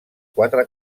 quatre